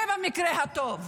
זה במקרה הטוב.